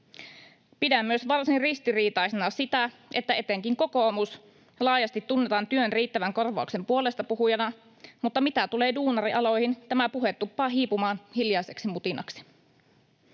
Pidän myös varsin ristiriitaisena sitä, että etenkin kokoomus laajasti tunnetaan työn riittävän korvauksen puolestapuhujana, mutta mitä tulee duunarialoihin, tämä puhe tuppaa hiipumaan hiljaiseksi mutinaksi.